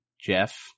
Jeff